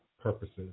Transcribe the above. purposes